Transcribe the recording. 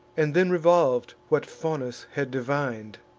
and then revolv'd what faunus had divin'd.